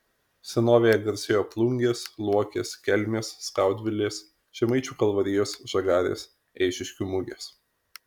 senovėje garsėjo plungės luokės kelmės skaudvilės žemaičių kalvarijos žagarės eišiškių mugės